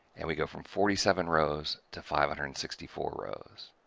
and we go from forty seven rows to five hundred and sixty four rows.